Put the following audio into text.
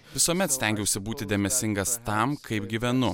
visuomet stengiausi būti dėmesingas tam kaip gyvenu